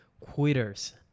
quitters